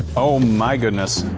oh my goodness.